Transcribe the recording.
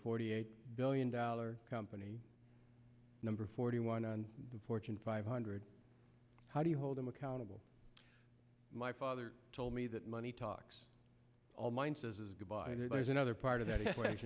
forty eight billion dollar company number forty one on the fortune five hundred how do you hold them accountable my father told me that money talks all mine says goodbye there's another part of that